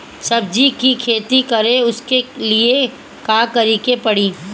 सब्जी की खेती करें उसके लिए का करिके पड़ी?